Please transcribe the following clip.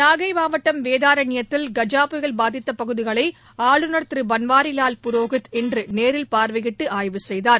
நாகை மாவட்டம் வேதாரண்யத்தில் கஜா புயல் பாதித்த பகுதிகளை ஆளுநர் திரு பன்பாரிலால் புரோஹித் இன்று நேரில் பார்வையிட்டு ஆய்வு செய்தார்